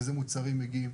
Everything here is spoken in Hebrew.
איזה מוצרים מגיעים.